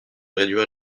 réduire